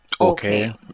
okay